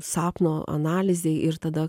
sapno analizei ir tada